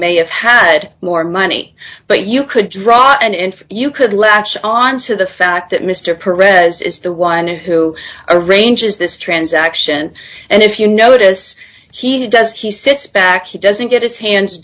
may have had more money but you could draw and you could latch on to the fact that mr perec was is the one who arranges this transaction and if you notice he does he sits back he doesn't get his hands